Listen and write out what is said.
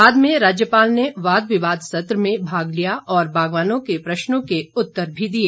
बाद में राज्यपाल ने वाद विवाद सत्र में भाग लिया और बागवानों के प्रश्नों के उत्तर भी दिए